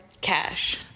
cash